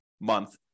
month